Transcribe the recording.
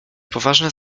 poważne